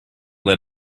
let